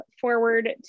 forward